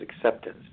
acceptance